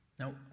Now